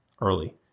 early